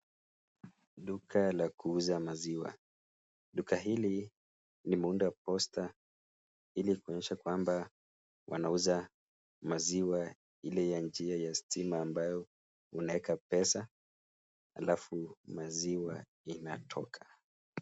Duka la kuuza maziwa. Duka hili limeunda posta, ili kuonyesha kwamba, wanauza maziwa ile ya njia ya stima, ambayo unaeka pesa alafu maziwa inatoka.